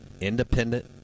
Independent